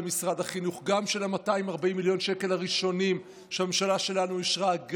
גם של 240 מיליון השקל הראשונים שהממשלה שלנו אישרה,